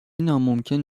ناممکن